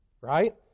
Right